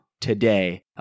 today